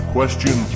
Question